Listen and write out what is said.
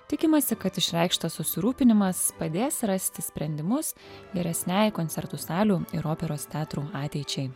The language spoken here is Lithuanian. tikimasi kad išreikštas susirūpinimas padės rasti sprendimus vyresnei koncertų salių ir operos teatrų ateičiai